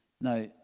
Now